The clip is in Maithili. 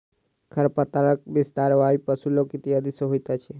खरपातक विस्तार वायु, पशु, लोक इत्यादि सॅ होइत अछि